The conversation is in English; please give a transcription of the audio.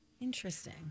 interesting